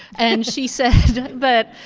and she said that,